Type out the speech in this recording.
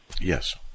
Yes